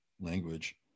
language